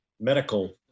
medical